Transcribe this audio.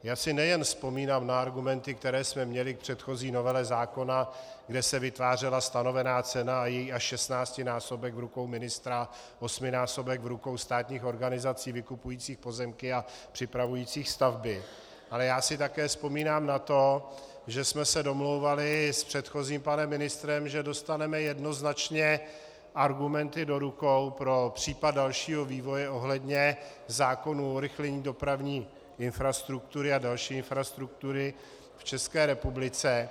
Já si nejen vzpomínám na argumenty, které jsme měli k předchozí novele zákona, kde se vytvářela stanovená cena a její až šestnáctinásobek v rukou ministra, osminásobek v rukou státních organizací vykupujících pozemky a připravujících stavby, ale já si také vzpomínám na to, že jsme se domlouvali s předchozím panem ministrem, že dostaneme jednoznačně argumenty do rukou pro případ dalšího vývoje ohledně zákonů o urychlení dopravní infrastruktury a další infrastruktury v České republice.